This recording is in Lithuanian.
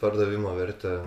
pardavimo vertę